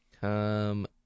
come